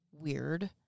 weird